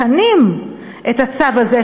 מכנים את הצו הזה,